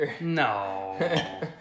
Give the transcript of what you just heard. No